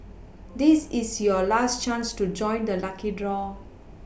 this is your last chance to join the lucky draw